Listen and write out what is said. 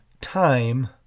time